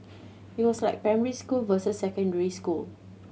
it was like primary school versus secondary school